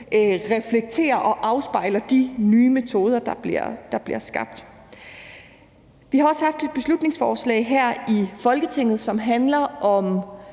reflekterer og afspejler det. Vi har også haft et beslutningsforslag her i Folketinget, som handler om